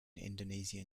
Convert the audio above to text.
indonesian